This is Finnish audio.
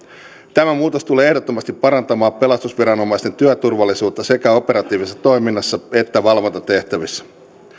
tämä muutos tulee ehdottomasti parantamaan pelastusviranomaisten työturvallisuutta sekä operatiivisessa toiminnassa että valvontatehtävissä